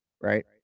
right